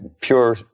pure